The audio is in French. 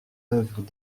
œuvres